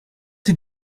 did